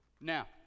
Now